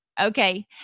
Okay